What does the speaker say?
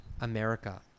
America